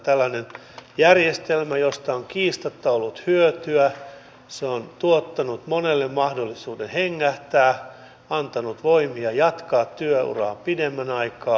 tällainen järjestelmä josta on kiistatta ollut hyötyä on tuottanut monelle mahdollisuuden hengähtää ja antanut voimia jatkaa työuraa pidemmän aikaa